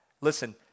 Listen